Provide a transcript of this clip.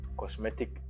cosmetic